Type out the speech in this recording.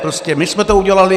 Prostě my jsme to udělali.